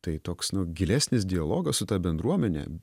tai toks nu gilesnis dialogas su ta bendruomene